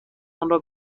آنرا